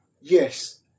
yes